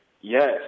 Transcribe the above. yes